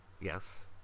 yes